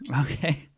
okay